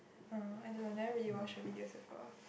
oh I don't know that really watch the videos before